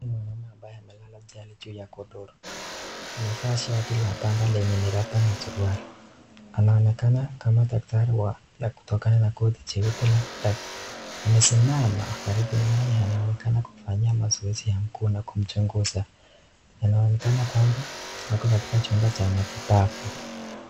Huyu ni mwanamume ambaye amelala chali juu ya godoro. Amevaa shati la pamba lenye miraba na suruali. Anaonekana kama daktari wa ya kutokana na koti cheupe la daktari. Amesimama karibu naye anaonekana kufanya mazoezi ya mkono na kumchunguza na anaonekana kwamba wako katika chumba cha matibabu.